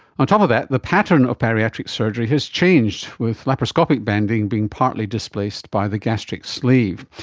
on top of that, the pattern of bariatric surgery has changed, with laparoscopic banding being partly displaced by the gastric sleeve.